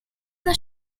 not